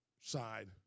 side